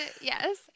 yes